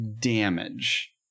damage